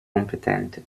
competente